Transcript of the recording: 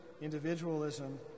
individualism